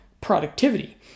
productivity